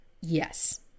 Yes